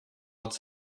its